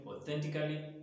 authentically